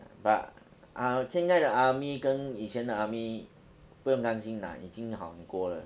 but ah 现在的 army 跟以前的 army 不用担心啦已经好很多了